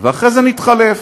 ואחרי זה נתחלף.